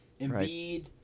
Embiid